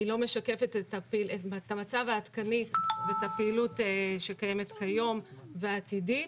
לא משקפת את המצב העדכני ואת הפעילות שקיימת כיום ואת הפעילות העתידית.